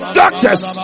doctors